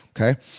Okay